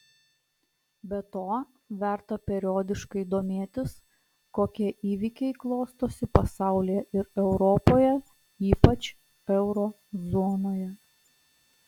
be to verta periodiškai domėtis kokie įvykiai klostosi pasaulyje ir europoje ypač euro zonoje